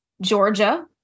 Georgia